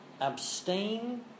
abstain